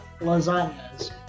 lasagnas